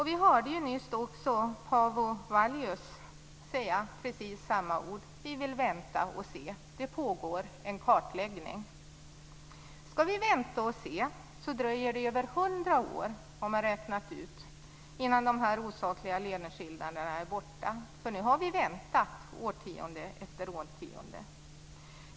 Vi hörde nyss också Paavo Vallius säga precis detsamma: Vi vill vänta och se. Det pågår en kartläggning. Man har räknat ut att om vi skall vänta och se, kommer det att dröja över 100 år innan de här osakliga löneskillnaderna är borta. Vi har redan väntat årtionde efter årtionde.